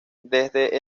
desde